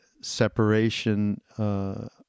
separation